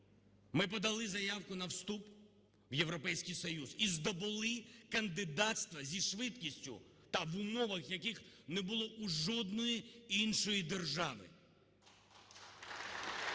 Ми подали заявку на вступ в Європейський Союз і здобули кандидатство зі швидкістю та в умовах, яких не було у жодної іншої держави.